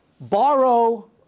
borrow